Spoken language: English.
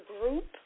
group